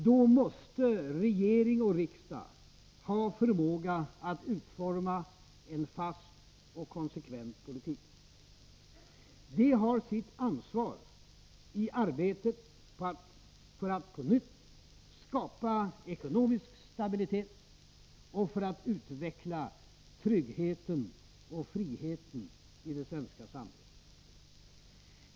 Då måste regering och riksdag ha förmåga att utforma en fast och konsekvent politik. De har sitt ansvar i arbetet för att på nytt skapa ekonomisk stabilitet och för att utveckla tryggheten och friheten i det svenska samhället.